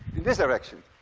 in this direction.